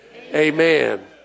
Amen